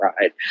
ride